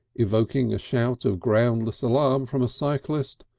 evoking a shout of groundless alarm from a cyclist,